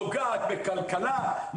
נוגעת בכלכלה,